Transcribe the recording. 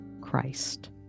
Christ